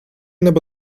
nebo